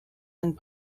and